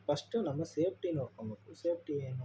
first ನಮ್ಮ safety ನೋಡ್ಕಂಬೇಕು safety ಏನು